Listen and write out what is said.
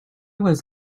was